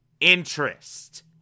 interest